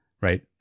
right